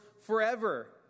forever